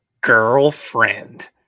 girlfriend